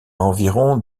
environ